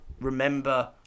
remember